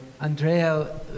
Andrea